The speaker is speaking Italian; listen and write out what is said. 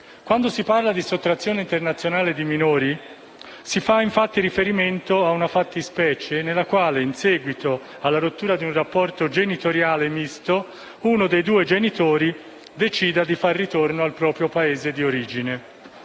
Quando si parla di sottrazione internazionale di minori si fa infatti riferimento alla fattispecie nella quale, in seguito alla rottura di un rapporto genitoriale misto, uno dei due genitori decida di fare ritorno al Paese di origine,